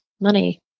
money